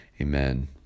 amen